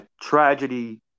tragedy